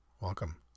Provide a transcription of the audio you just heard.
Welcome